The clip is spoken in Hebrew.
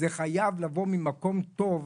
זה חייב לבוא ממקום טוב,